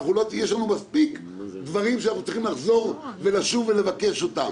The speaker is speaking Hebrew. יש לנו מספיק דברים שאנחנו צריכים לשוב ולבקש אותם,